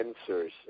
answers